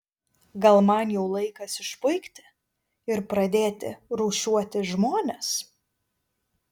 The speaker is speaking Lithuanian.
gal man jau laikas išpuikti ir pradėti rūšiuoti žmones